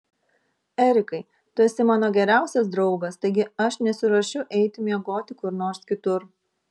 erikai tu esi mano geriausias draugas taigi aš nesiruošiu eiti miegoti kur nors kitur